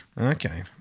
Okay